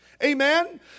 Amen